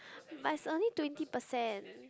but it's only twenty percent